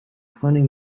cloning